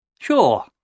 Sure